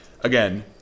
Again